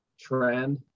trend